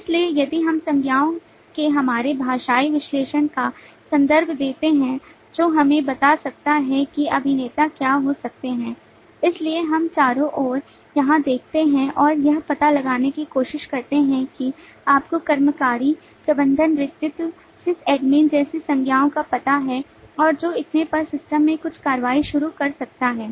इसलिए यदि हम संज्ञाओं के हमारे भाषाई विश्लेषण का संदर्भ देते हैं जो हमें बता सकता है कि अभिनेता क्या हो सकते हैं इसलिए हम चारों ओर यहां देखते हैं और यह पता लगाने की कोशिश करते हैं कि आपको कर्मचारी प्रबंधक नेतृत्व sysadmin जैसे संज्ञाओं का पता है और जो इतने पर सिस्टम में कुछ कार्रवाई शुरू कर सकता है